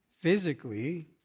Physically